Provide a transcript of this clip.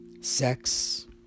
sex